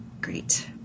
Great